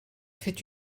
fait